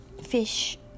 fish